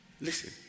Listen